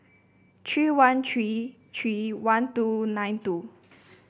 three one three three one two nine two